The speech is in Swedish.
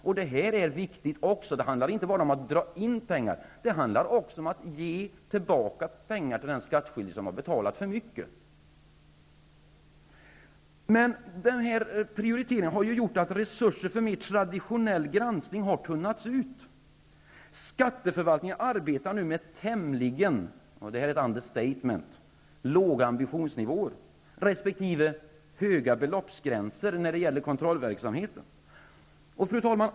Också detta är viktigt. Det handlar inte bara om att dra in pengar utan också om att ge tillbaka pengar till den skattskyldige som har betalat in för mycket. Men den gjorda prioriteringen har gjort att resurserna för den mer traditionella granskningen tunnats ut. Skatteförvaltningen arbetar nu med tämligen -- det är ett understatement -- låga ambitionsnivåer, resp. höga beloppsgränser när det gäller kontrollverksamheten. Fru talman!